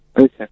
Okay